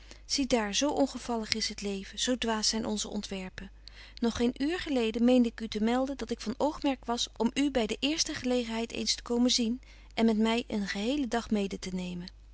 zie daar zo ongevallig is het leven zo dwaas zyn onze ontwerpen nog geen uur geleden meende ik u te melden dat ik van oogmerk was om u by de eerste gelegenheid eens te komen zien en met my een gehelen dag mede te nemen